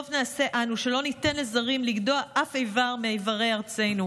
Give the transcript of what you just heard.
טוב נעשה אנו שלא ניתן לזרים לגדוע אף איבר מאיברי ארצנו.